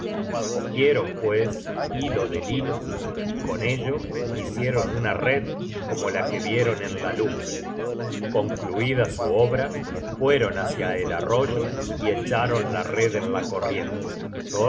cogieron pues hilo de lino y con ello hicieron una red como la que vieron en la lumbre con cluida su obra fueron hácia el arroyo y echaron la red en la corriente